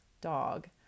dog